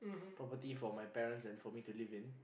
property for my parents and for me to live in